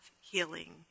healing